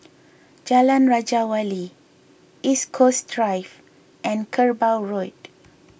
Jalan Raja Wali East Coast Drive and Kerbau Road